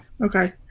okay